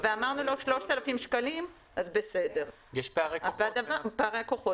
אז אפשר גם לקבוע כמו למשל: לא יעלה על.